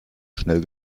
schnell